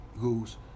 Goose